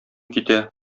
китә